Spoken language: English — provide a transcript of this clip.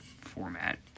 format